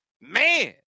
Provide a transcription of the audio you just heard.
Man